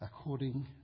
according